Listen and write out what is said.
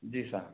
जी साब